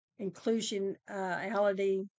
inclusionality